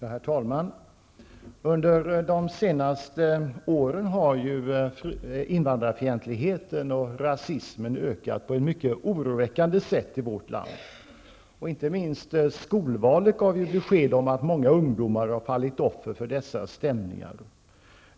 Herr talman! Under de senaste åren har invandrarfientligheten och rasismen ökat på ett mycket oroväckande sätt i vårt land. Inte minst skolvalet gav besked om att många ungdomar har fallit offer för dessa stämningar.